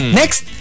next